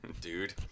dude